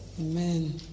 Amen